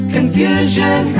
Confusion